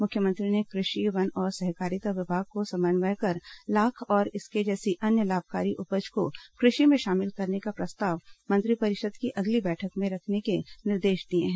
मुख्यमंत्री ने कृषि वन और सहकारिता विभाग को समन्वय कर लाख और इसके जैसी अन्य लाभकारी उपज को कृषि में शामिल करने का प्रस्ताव मंत्रिपरिषद की अगली बैठक में रखने के निर्देश दिए हैं